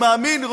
אני מאמין,